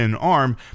arm